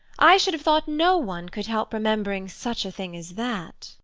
i should have thought no one could help remembering such a thing as that.